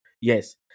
Yes